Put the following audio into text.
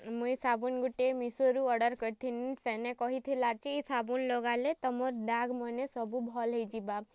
ମୁଇଁ ସାବୁନ୍ ଗୁଟେ ମିସୋରୁ ଅର୍ଡ଼ର୍ କରିଥିନି ସେନେ କହିଥିଲା ଯେ ସାବୁନ୍ ଲଗାଲେ ତମର୍ ଦାଗ୍ମାନେ ସବୁ ଭଲ୍ ହେଇଯିବା